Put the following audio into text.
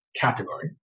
category